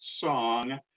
song